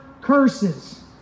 curses